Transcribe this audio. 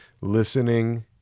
Listening